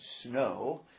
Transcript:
snow